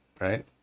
right